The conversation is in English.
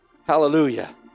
Hallelujah